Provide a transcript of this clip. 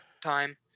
time